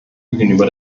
gegenüber